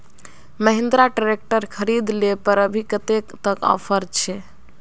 Mahindra tractor खरीद ले पर अभी कतेक तक ऑफर छे?